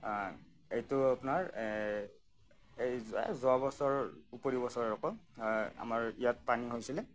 এইটো আপোনাৰ এ এই যোৱা বছৰ ওপৰি বছৰ হ'ব আমাৰ ইয়াত পানী হৈছিলে